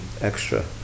extra